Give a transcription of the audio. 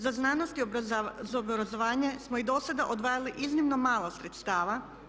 Za znanost i obrazovanje smo i do sada odvajali iznimno malo sredstava.